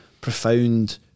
profound